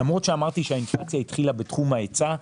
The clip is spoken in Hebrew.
למרות שאמרתי שהאינפלציה התחילה בתחום ההיצע,